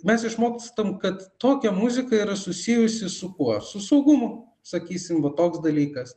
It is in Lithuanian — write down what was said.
mes išmokstam kad tokia muzika yra susijusi su kuo su saugumu sakysim va toks dalykas